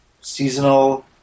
Seasonal